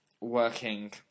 working